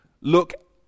look